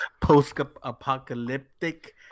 Post-apocalyptic